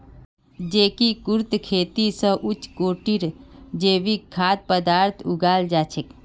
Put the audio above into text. एकीकृत खेती स उच्च कोटिर जैविक खाद्य पद्दार्थ उगाल जा छेक